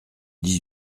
dix